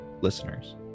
listeners